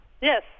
Yes